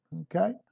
okay